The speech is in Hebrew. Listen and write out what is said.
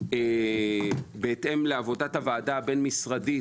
בהתאם לעבודת הוועדה הבין-משרדית,